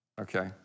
okay